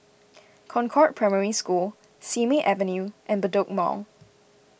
Concord Primary School Simei Avenue and Bedok Mall